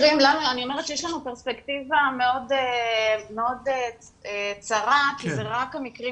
אני אומרת שיש לנו פרספקטיבה מאוד צרה כי זה רק המקרים